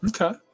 Okay